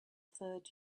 third